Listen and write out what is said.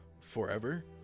forever